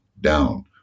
down